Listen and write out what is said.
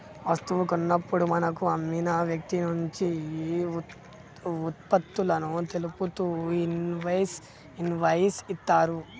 వస్తువు కొన్నప్పుడు మనకు అమ్మిన వ్యక్తినుంచి వుత్పత్తులను తెలుపుతూ ఇన్వాయిస్ ఇత్తరు